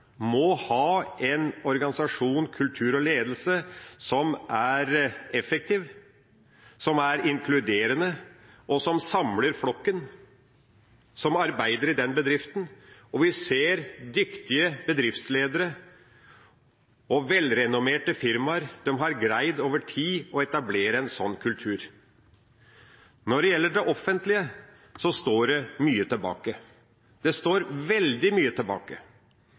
må ha en organisasjon, en kultur og en ledelse som er effektiv, som er inkluderende, og som samler flokken som arbeider i den bedriften. Vi ser at dyktige bedriftsledere og velrenommerte firmaer over tid har greid å etablere en sånn kultur. Når det gjelder det offentlige, står veldig mye tilbake.